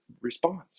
response